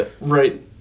Right